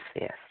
yes